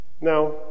Now